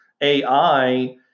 AI